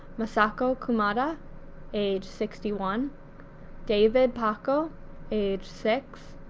masako kumada age sixty one dayvid pakko age six,